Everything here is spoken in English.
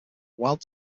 wild